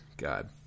god